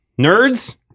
nerds